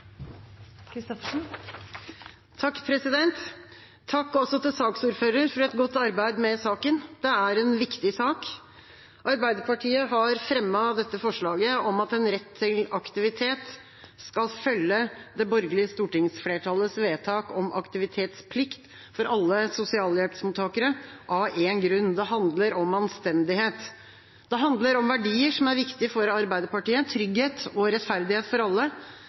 refererte til. Takk til saksordføreren for et godt arbeid med saken. Det er en viktig sak. Arbeiderpartiet har fremmet dette forslaget om at en rett til aktivitet skal følge det borgerlige stortingsflertallets vedtak om aktivitetsplikt for alle sosialhjelpsmottakere av én grunn: Det handler om anstendighet. Det handler om verdier som er viktige for Arbeiderpartiet, trygghet og rettferdighet for alle.